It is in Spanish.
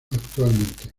actualmente